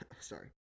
Sorry